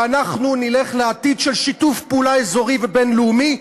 ואנחנו נלך לעתיד של שיתוף פעולה אזורי ובין-לאומי.